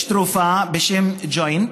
יש תרופה בשם ג'וינט,